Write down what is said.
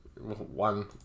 One